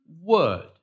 word